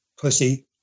pussy